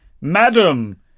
Madam